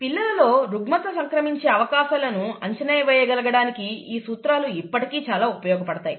పిల్లలలో రుగ్మత సంక్రమించే అవకాశాలను అంచనా వేయగలగడానికి ఈ సూత్రాలు ఇప్పటికీ చాలా ఉపయోగపడతాయి